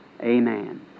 amen